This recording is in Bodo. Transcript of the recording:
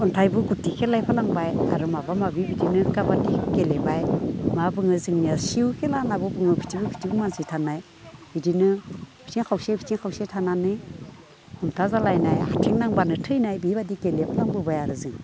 अन्थाइबो गुथि खेलाय खालामबाय आरो माबा माबि बिदिनो खाबादि गेलेबाय मा बुङो जोंनिया सिउ खेला होननानैबो बुङो बिथिं बिथिं मानसि थानाय बिदिनो बिथिं खावसे बिथिं खावसे मानसि थानानै उल्था जालायनाय आथिं नांब्लानो थैनाय बे बादि गेलेफ्रांबोबाय आरो जों